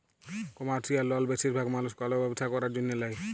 commercial লল বেশিরভাগ মালুস কল ব্যবসা ক্যরার জ্যনহে লেয়